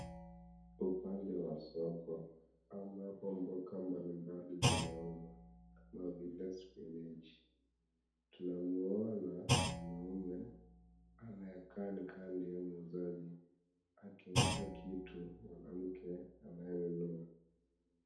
Upande wa soko ambapo mboga mbalimbali zinauzwa kama vile spinechi. Tunamuona mwanaume anayekaa ni kaa ambaye anauza vitu akimpa kitu mwanamke anayenunua.